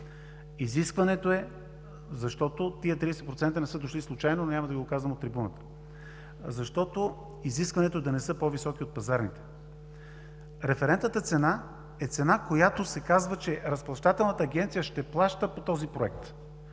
всички с 30%. Тези 30% не са дошли случайно, но няма да Ви го казвам от трибуната. Защото изискването е да не са по-високи от пазарните. Референтната цена е цена, с която се казва, че Разплащателната агенция ще плаща по този проект.